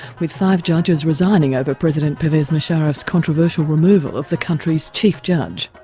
with five judges resigning over president pervez musharaf's controversial removal of the country's chief judge.